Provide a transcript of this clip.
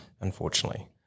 unfortunately